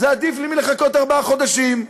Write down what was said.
זה עדיף לי מלחכות ארבעה חודשים.